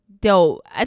Dope